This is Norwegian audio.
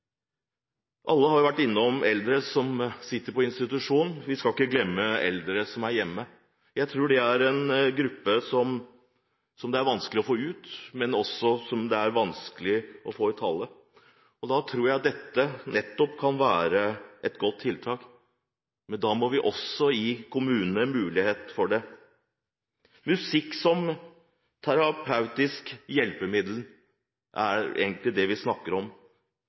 innom eldre som bor på institusjon, men vi skal ikke glemme eldre som bor hjemme. Dette er en gruppe det kan være vanskelig å få ut, og som det også er vanskelig å få i tale. Jeg tror at dette kan være et godt tiltak nettopp for dem, men da må vi også gi kommunene en mulighet for dette. Musikk som terapeutisk hjelpemiddel er det vi egentlig snakker om